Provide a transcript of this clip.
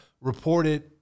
reported